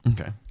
Okay